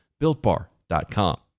builtbar.com